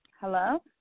Hello